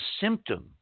symptom